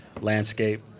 landscape